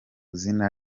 izina